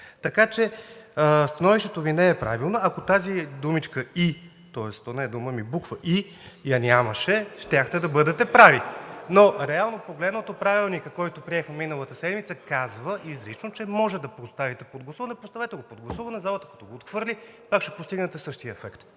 Така че становището не е правилно. Ако тази думичка „и“ – тоест то не е дума, ами буква „и“, я нямаше, щяхте да бъдете прави, но реално погледнато Правилникът, който приехме миналата седмица, казва изрично, че може да поставите под гласуване. Поставете го под гласуване. Залата като го отхвърли, пак ще постигнете същия ефект.